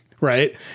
Right